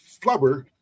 Flubber